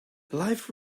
life